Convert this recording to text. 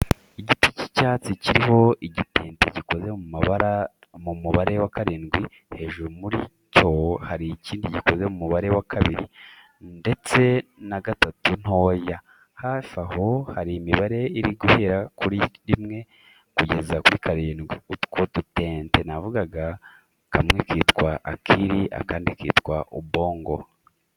Igiti cy'icyatsi kiriho igitente gikoze mu mubare wa karindwi, hejuru muri cyo hari ikindi gikoze mu mubare wa kabiri ndetse na gatatu ntoya, hafi aho hari imibare iri guhera kuri rimwe kugeza kuri karindwi. Utwo dutente navugaga, kamwe kitwa Akili akandi kitwa Ubongo.